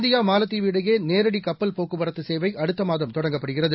India மாலத்தீவு இடையேநேரடிகப்பல் போக்குவரத்துசேவைஅடுத்தமாதம் தொடங்கப்படுகிறது